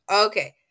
Okay